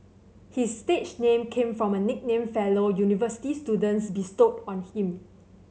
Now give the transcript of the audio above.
his stage name came from a nickname fellow university students bestowed on him